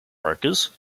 brokers